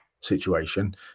situation